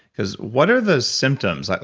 because what are the symptoms? like